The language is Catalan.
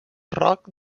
roc